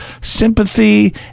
sympathy